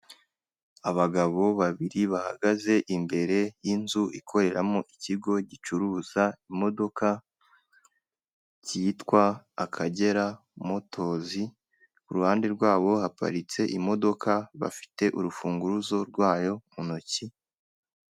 Abagabo babiri bahagaze imbere yinzu ikoreramo ikigo gicuruza imodoka cyitwa akagera motos kuruhande rwabo haparitse imodoka bafite urufunguzo rwayo ku ntoki.